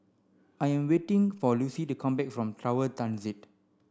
I am waiting for Lucie to come back from Tower Transit